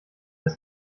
dass